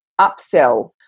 upsell